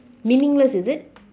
meaningless is it